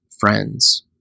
friends